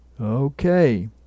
Okay